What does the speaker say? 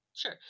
Sure